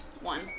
One